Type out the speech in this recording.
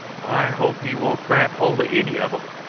i hope he won't grab hold of any of em,